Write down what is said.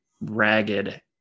ragged